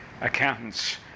Accountants